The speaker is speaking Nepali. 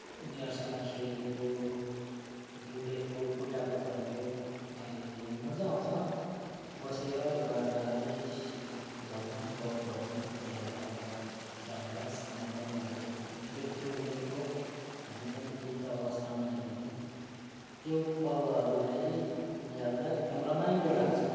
उनीहरूसँग खेलेको डुलेको कुटाकुट गरेको अहिले मजा आउँछ बसेर एकाअर्कालाई भन्नु गफ गर्नु बेला मौकामा टाइमपास उनीहरूको पनि अब निकै ठुलो उमेरको हामी पनि वृद्ध अवस्थामा आइपुग्यौँ त्यो पलहरूलाई नियाल्दा एकदम रमाइलो लाग्छ